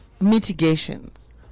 mitigations